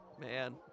Man